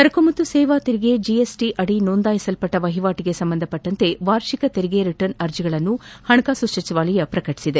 ಸರಕು ಮತ್ತು ಸೇವಾ ತೆರಿಗೆ ಜಿಎಸ್ ಟಿ ಅಡಿ ನೋಂದಾಯಿಸಲ್ಪಟ್ಟ ವಹಿವಾಟಗೆ ಸಂಬಂಧಿಸಿದ ವಾರ್ಷಿಕ ತೆರಿಗೆ ರಿಟರ್ನ್ ಅರ್ಜಿಗಳನ್ನು ಹಣಕಾಸು ಸಚಿವಾಲಯ ಪ್ರಕಟಿಸಿದೆ